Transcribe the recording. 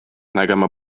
nägema